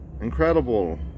incredible